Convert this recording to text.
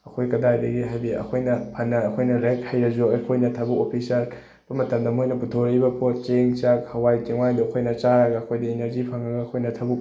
ꯑꯩꯈꯣꯏ ꯀꯗꯥꯏꯗꯒꯤ ꯍꯥꯏꯗꯤ ꯑꯩꯈꯣꯏꯅ ꯐꯅ ꯑꯩꯈꯣꯏꯅ ꯂꯥꯏꯔꯤꯛ ꯍꯩꯔꯁꯨ ꯑꯩꯈꯣꯏꯅ ꯊꯕꯛ ꯑꯣꯐꯤꯁꯥꯔ ꯇꯧꯔꯛꯄ ꯃꯇꯝꯗ ꯃꯣꯏꯅ ꯄꯨꯊꯣꯔꯛꯏꯕ ꯄꯣꯠ ꯆꯦꯡ ꯆꯥꯛ ꯍꯋꯥꯏ ꯆꯦꯡꯋꯥꯏꯗꯣ ꯑꯩꯈꯣꯏꯅ ꯆꯥꯔꯒ ꯑꯩꯈꯣꯏꯗ ꯏꯅꯔꯖꯤ ꯐꯪꯉꯒ ꯑꯩꯈꯣꯏꯅ ꯊꯕꯛ